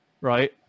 right